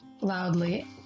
loudly